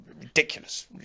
ridiculous